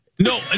no